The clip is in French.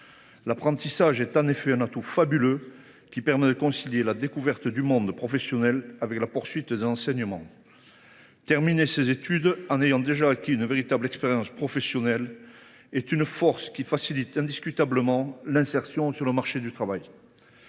l’apprentissage est un atout fabuleux qui permet de concilier la découverte du monde professionnel avec la poursuite des enseignements. Terminer ses études en ayant déjà acquis une véritable expérience professionnelle est une force qui facilite indiscutablement l’insertion sur le marché du travail.